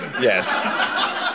Yes